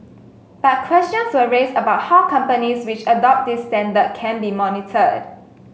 but questions were raised about how companies which adopt this standard can be monitored